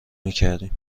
میکردیم